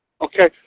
Okay